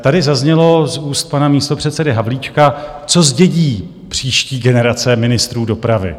Tady zaznělo z úst pana místopředsedy Havlíčka, co zdědí příští generace ministrů dopravy?